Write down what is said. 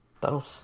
that'll